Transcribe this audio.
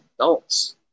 adults